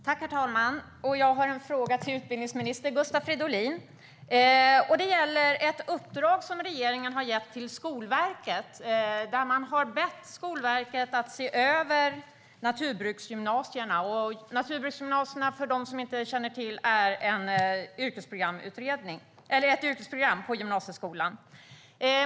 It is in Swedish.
Herr talman! Jag har en fråga till utbildningsminister Gustav Fridolin. Den gäller ett uppdrag som regeringen har gett till Skolverket om att se över naturbruksgymnasierna. För dem som inte känner till det kan jag säga att det är fråga om ett yrkesprogram på gymnasieskolan.